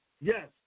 Yes